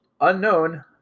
Unknown